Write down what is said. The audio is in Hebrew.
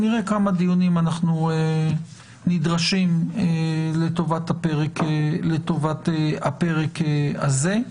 נראה לכמה דיונים אנחנו נדרשים לטובת הפרק הזה.